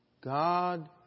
God